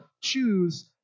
choose